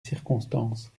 circonstances